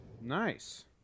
Nice